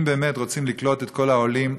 אם באמת רוצים לקלוט את כל העולים,